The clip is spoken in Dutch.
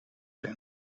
bent